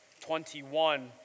21